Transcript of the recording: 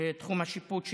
בתחום השיפוט שלה.